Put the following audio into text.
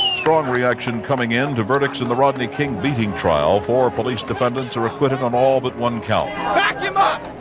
strong reaction coming in to verdicts in the rodney king beating trial. four police defendants are acquitted on all but one count. man back him up!